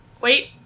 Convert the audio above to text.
Wait